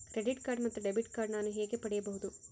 Credit card ಮತ್ತು debit card ನಾನು ಹೇಗೆ ಪಡೆಯಬಹುದು?